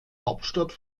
hauptstadt